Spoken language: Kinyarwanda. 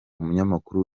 umunyamakuru